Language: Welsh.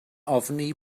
ofni